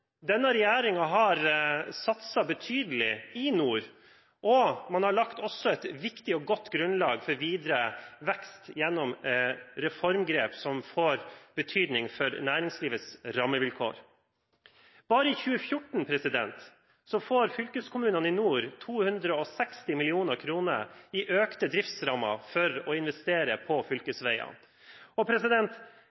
Denne regjeringen har satset betydelig i nord, og man har også lagt et viktig og godt grunnlag for videre vekst gjennom reformgrep som får betydning for næringslivets rammevilkår. Bare i 2014 får fylkeskommunene i nord 260 mill. kr i økte driftsrammer for å investere på